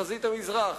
בחזית המזרח,